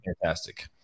fantastic